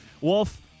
Wolf